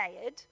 layered